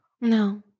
No